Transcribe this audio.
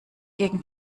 gegen